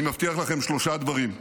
אני מבטיח לכם שלושה דברים: